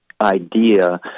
idea